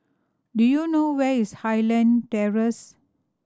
do you know where is Highland Terrace